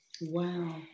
wow